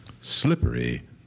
slippery